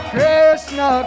Krishna